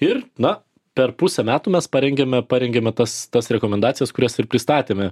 ir na per pusę metų mes parengėme parengėme tas tas rekomendacijas kurias ir pristatėme